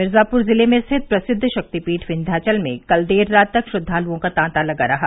मिर्जपुर जिले में स्थित प्रसिद्व शक्तिपीठ विन्ध्याचल में कल देर रात तक श्रद्वालुओं का तांता लगों रहा